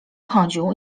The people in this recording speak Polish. chodził